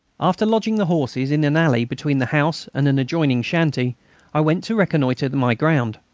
after lodging the horses in an alley between the house and an adjoining shanty i went to reconnoitre my ground.